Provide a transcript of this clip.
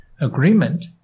agreement